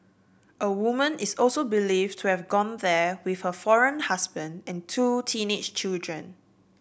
a woman is also believed to have gone there with her foreign husband and two teenage children